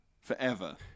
forever